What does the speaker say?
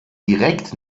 direkt